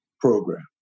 program